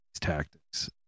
tactics